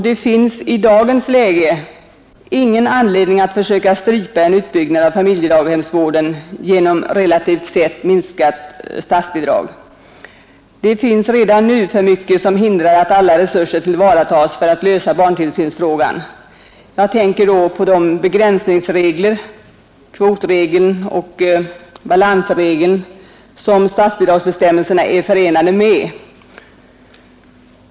Det finns i dagens läge ingen anledning att försöka strypa en utbyggnad av familjedaghemsvården genom ett relativt sett minskat statsbidrag. Det finns redan nu för mycket som hindrar att alla resurser tillvaratas för att lösa barntillsynsfrågan. Jag tänker då på de begränsningsregler — kvotregeln och balansregeln — som finns i statsbidragsbestämmelserna.